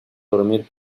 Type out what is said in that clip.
dormir